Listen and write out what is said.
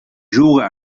juga